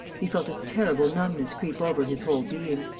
he felt a terrible numbness creep over his whole being.